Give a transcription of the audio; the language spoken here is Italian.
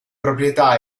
proprietà